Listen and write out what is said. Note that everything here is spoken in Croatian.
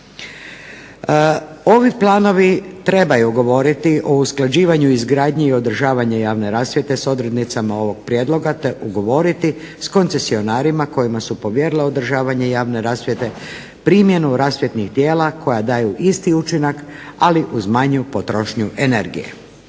Ovi planovi trebaju govoriti o usklađivanju, izgradnji i održavanje javne rasvjete s odrednicama ovog prijedloga, te ugovoriti s koncesionarima kojima su povjerila odražavanje javne rasvjete primjenu rasvjetnih tijela koja daju isti učinak ali uz manju potrošnju energije.